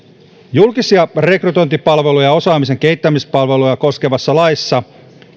julkisia rekrytointipalveluja ja osaamisen kehittämispalveluja koskevassa laissa